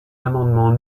l’amendement